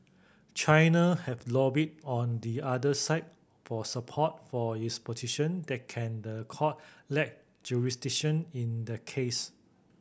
China have lobbied on the other side for support for its position that can the court lack jurisdiction in the case